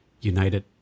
United